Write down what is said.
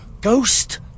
Ghost